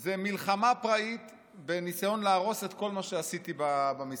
זה מלחמה פראית בניסיון להרוס את כל מה שעשיתי במשרד.